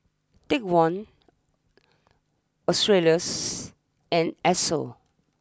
take one Australis and Esso